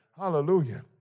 Hallelujah